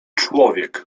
człowiek